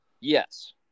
Yes